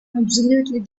absolutely